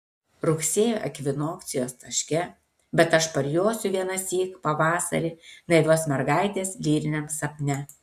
rugsėjo ekvinokcijos taške bet aš parjosiu vienąsyk pavasarį naivios mergaitės lyriniam sapne